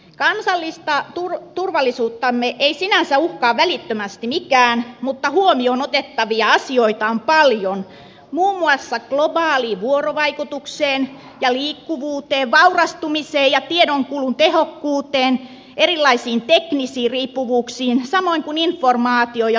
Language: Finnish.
kansallista turvallisuuttamme ei sinänsä uhkaa välittömästi mikään mutta huomioon otettavia asioita on paljon muun muassa globaaliin vuorovaikutukseen ja liikkuvuuteen vaurastumiseen ja tiedonkulun tehokkuuteen sekä erilaiseen teknisiin riippuvuuksiin samoin kun informaatioon ja logistiikkaan liittyen